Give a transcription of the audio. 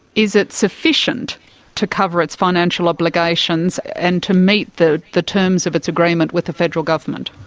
is it sufficient to cover its financial obligations and to meet the the terms of its agreement with the federal government?